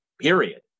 period